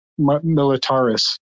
Militaris